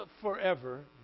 forever